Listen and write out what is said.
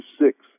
six